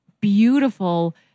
beautiful